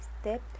step